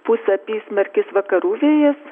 pūs apysmarkis vakarų vėjas